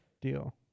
deal